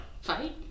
Fight